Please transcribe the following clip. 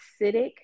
acidic